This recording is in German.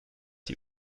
die